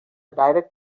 direct